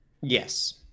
Yes